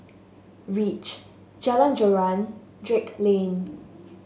reach Jalan Joran Drake Lane